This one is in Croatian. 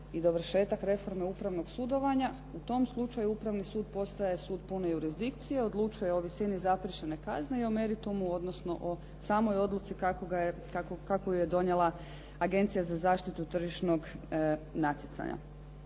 i dovršetak reforme upravnog sudovanja. U tom slučaju upravni sud postaje sud pune jurisdikcije, odlučuje o visini zapriječene kazne i o meritumu, odnosno o samoj odluci kako ju je donijela Agencija za zaštitu tržišnog natjecanja.